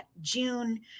June